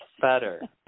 better